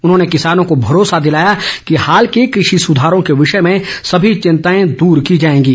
उन्होंने किसानों को भरोसा दिलाया है कि हाल के कृषि सुधारों के विषय में सभी चिंताएं दूर की जाएंगी